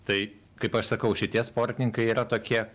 tai kaip aš sakau šitie sportininkai yra tokie